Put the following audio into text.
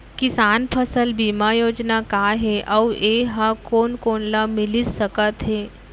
किसान फसल बीमा योजना का हे अऊ ए हा कोन कोन ला मिलिस सकत हे?